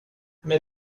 mehr